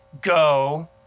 go